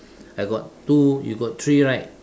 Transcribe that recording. I got two you got three right